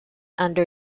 under